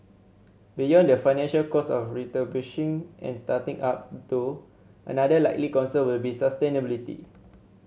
beyond the financial cost of refurbishing and starting up though another likely concern will be sustainability